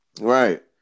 Right